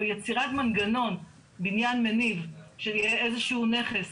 או יצירת מנגנון בניין מניב, שיהיה איזה שהוא נכס.